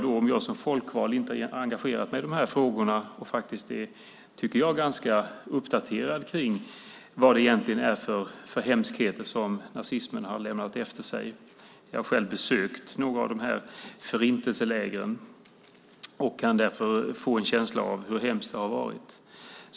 Ändå har jag som folkvald engagerat mig i dessa frågor och är som jag själv tycker ganska uppdaterad om de hemskheter som nazismen lämnade efter sig. Jag har besökt några av Förintelselägren och kan därför få en känsla av hur hemskt det måste ha varit.